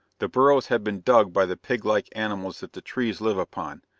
the burrows had been dug by the pig-like animals that the trees live upon,